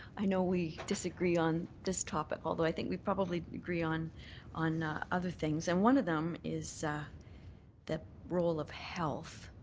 i know we disagree on this topic, although i think we probably agree on on other things. and one of them is the role of health,